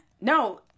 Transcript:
no